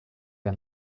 der